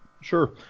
sure